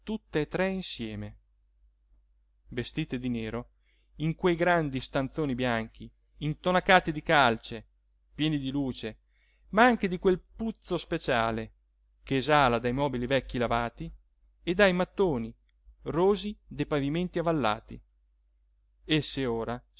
palazzo tutt'e tre insieme vestite di nero in quei grandi stanzoni bianchi intonacati di calce pieni di luce ma anche di quel puzzo speciale che esala dai mobili vecchi lavati e dai mattoni rosi dei pavimenti avvallati esse ora